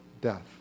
death